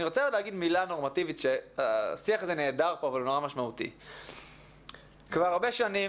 אני רוצה לומר שכבר הרבה שנים